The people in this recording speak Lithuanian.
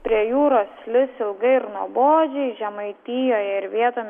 prie jūros lis ilgai ir nuobodžiai žemaitijoje ir vietom